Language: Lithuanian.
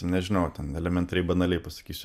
nežinau ten elementariai banaliai pasakysiu